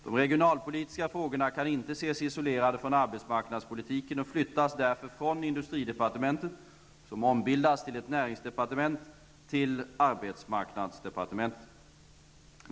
De regionalpolitiska frågorna kan inte ses isolerade från arbetsmarknadspolitiken och flyttas därför från industridepartementet, som ombildats till ett näringsdepartement, till arbetsmarknadsdepartementet.